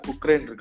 Ukraine